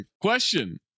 Question